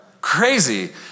Crazy